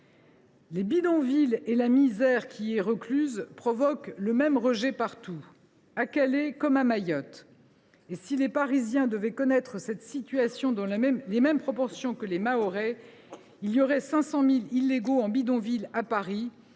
Les bidonvilles et la misère qui y est recluse provoquent le même rejet partout, à Calais comme à Mayotte. Si les Parisiens devaient connaître cette situation dans les mêmes proportions que les Mahorais, il y aurait 500 000 illégaux vivant en bidonville à Paris,